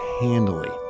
handily